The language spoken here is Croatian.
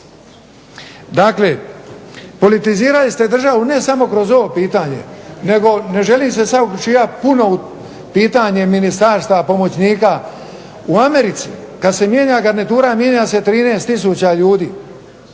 Dakle, politizirali ste državu ne samo kroz ovo pitanje, nego ne želim se sad uključivati puno u pitanje ministarstava, pomoćnika. U Americi kad se mijenja garnitura mijenja se 13000 ljudi